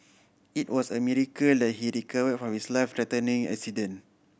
it was a miracle that he recover from his life threatening accident